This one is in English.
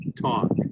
talk